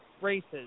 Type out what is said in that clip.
races